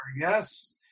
Yes